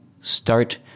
start